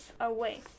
away